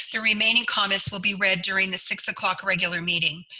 the remaining comments will be read during the six o'clock regular meeting,